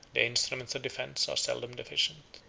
the instruments of defence are seldom deficient.